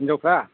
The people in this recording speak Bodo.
हिन्जावफोरा